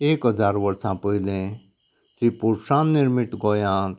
एक हजार वर्सा पयले श्री पुरुशां निर्मीत गोंयांत